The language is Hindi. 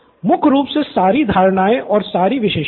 मुख्य रूप से सारी धारणाएँ और सारी विशेषताएँ